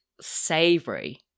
savory